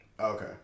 Okay